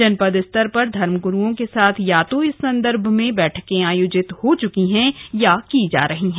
जनपद स्तर पर धर्मगुरुओं के साथ या तो इस संदर्भ में बैठके आयोजित हो चुकी हैं या की जा रही हैं